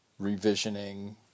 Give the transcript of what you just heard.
revisioning